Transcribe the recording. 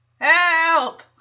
Help